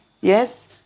Yes